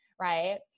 Right